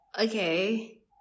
okay